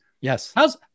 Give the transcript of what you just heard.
Yes